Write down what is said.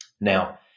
Now